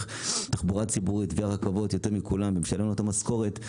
תחבורה ציבורית ורכבות יותר מכולם ומשלמים לו את המשכורת,